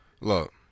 look